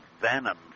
venom